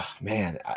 Man